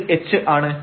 ഇത് h ആണ്